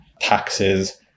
taxes